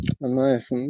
Nice